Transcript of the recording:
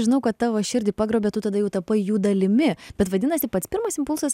žinau kad tavo širdį pagrobė tu tada jau tapai jų dalimi bet vadinasi pats pirmas impulsas